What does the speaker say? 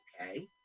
okay